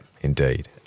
indeed